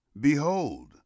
behold